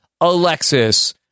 Alexis